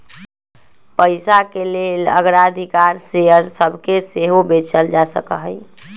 पइसाके लेल अग्राधिकार शेयर सभके सेहो बेचल जा सकहइ